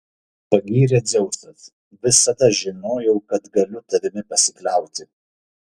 pagyrė dzeusas visada žinojau kad galiu tavimi pasikliauti